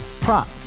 prop